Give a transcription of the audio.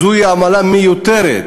זוהי עמלה מיותרת,